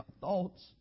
thoughts